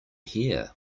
here